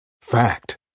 Fact